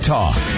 Talk